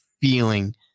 feeling